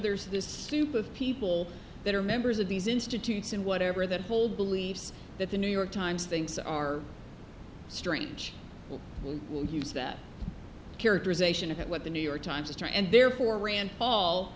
there's this soup of people that are members of these institutes and whatever that hold beliefs that the new york times thinks are strange we will use that characterization of what the new york times is true and therefore